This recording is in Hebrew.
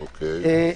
אוקיי,